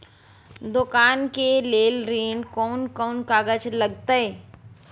दुकान के लेल ऋण कोन कौन कागज लगतै?